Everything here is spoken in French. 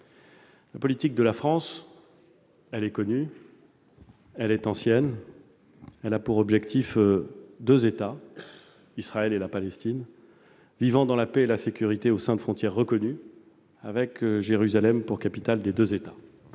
La politique de la France est connue ; elle est ancienne. Elle a pour objectif la coexistence de deux États, Israël et la Palestine, vivant dans la paix et dans la sécurité au sein de frontières reconnues, avec Jérusalem pour capitale commune.